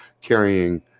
carrying